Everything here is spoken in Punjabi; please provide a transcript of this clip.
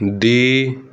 ਦੀ